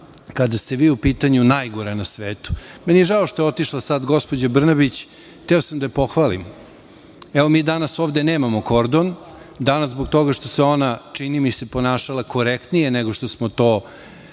kada ste vi u pitanju najgora na svetu. Meni je žao što je otišla sad gospođa Brnabić. Hteo sam da je pohvalim. Evo mi danas ovde nemamo kordon. Danas zbog toga što se ona, čini mi se, ponašala korektnije nego što smo to